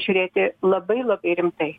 žiūrėti labai labai rimtai